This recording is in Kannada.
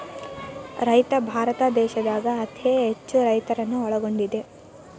ರೈತ ಭಾರತ ದೇಶದಾಗ ಅತೇ ಹೆಚ್ಚು ರೈತರನ್ನ ಒಳಗೊಂಡಿದೆ